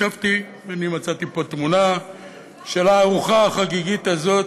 אני מצאתי פה תמונה של הארוחה החגיגית הזאת.